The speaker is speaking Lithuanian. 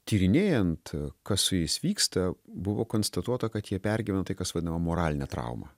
tyrinėjant kas su jais vyksta buvo konstatuota kad jie pergyvena tai kas vadinama moraline trauma